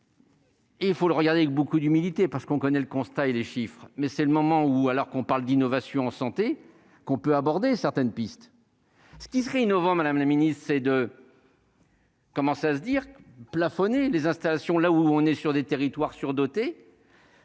Il faut le regarder avec beaucoup d'humilité parce qu'on connaît le constat et les chiffres, mais c'est le moment ou alors qu'on parle d'innovation santé qu'on peut aborder certaines pistes, ce qui serait innovant, Madame la Ministre, ces 2. Comment ça se dire plafonner les installations là où on est sur des territoires surdotées.